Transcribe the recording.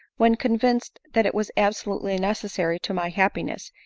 whenfconvinced that it was absolute ly necessary to my happiness,